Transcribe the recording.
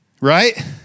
Right